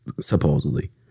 supposedly